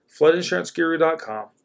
floodinsuranceguru.com